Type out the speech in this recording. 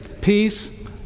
peace